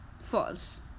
false